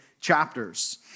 chapters